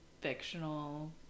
fictional